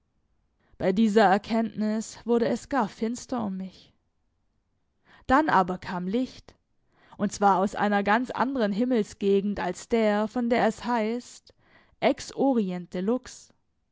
bei dieser erkenntnis wurde es gar finster um mich dann aber kam licht und zwar aus einer ganz anderen himmelsgegend als der von der es heißt ex oriente lux